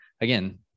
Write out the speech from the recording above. again